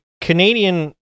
Canadian